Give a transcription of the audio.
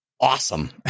awesome